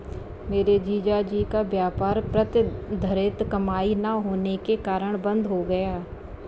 मेरे जीजा जी का व्यापार प्रतिधरित कमाई ना होने के कारण बंद हो गया